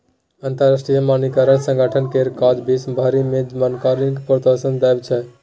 अंतरराष्ट्रीय मानकीकरण संगठन केर काज विश्व भरि मे मानकीकरणकेँ प्रोत्साहन देब छै